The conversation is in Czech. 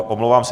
Omlouvám se.